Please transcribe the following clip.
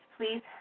Please